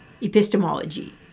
epistemology